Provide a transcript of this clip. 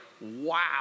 wow